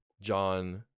John